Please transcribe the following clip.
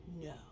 No